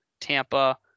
Tampa